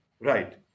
Right